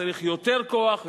וצריך יותר כוח,